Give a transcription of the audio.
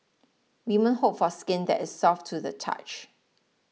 women hope for skin that is soft to the touch